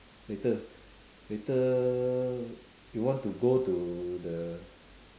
later later you want to go to the